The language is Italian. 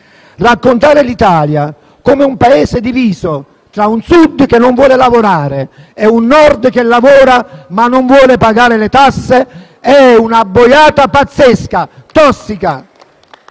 Raccontare l'Italia come un Paese diviso tra un Sud che non vuole lavorare e un Nord che lavora, ma non vuole pagare le tasse è una boiata pazzesca, tossica,